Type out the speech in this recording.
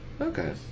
Okay